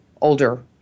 older